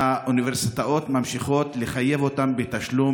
והאוניברסיטאות ממשיכות לחייב אותם בתשלום